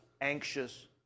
anxious